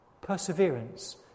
Perseverance